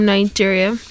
Nigeria